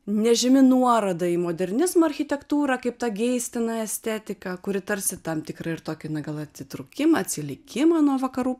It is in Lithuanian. nežymi nuoroda į modernizmo architektūrą kaip ta geistina estetika kuri tarsi tam tikra ir tokį gal atsitraukimą atsilikimą nuo vakarų